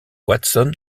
watson